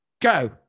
Go